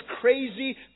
crazy